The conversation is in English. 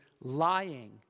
lying